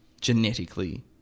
genetically